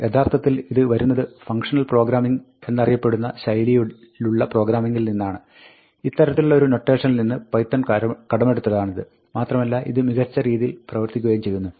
യഥാർത്ഥത്തിൽ ഇത് വരുന്നത് ഫംങ്ക്ഷണൽ പ്രാഗ്രാമിംഗ് എന്നറിയ പ്പെടുന്ന ശൈലിയിലുള്ള പ്രോഗ്രാമിംഗിൽ നിന്നാണ് ഇത്തരത്തിലുള്ള ഒരു നൊട്ടേഷനിൽ നിന്ന് പൈത്തൺ കടമെടുത്തതാണിത് മാത്രമല്ല ഇത് മികച്ച രീതിയിൽ പ്രവർത്തിക്കുകയും ചെയ്യുന്നു